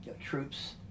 troops